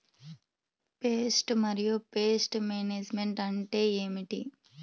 Pest మరియు pest management అంటే ఏమిటి?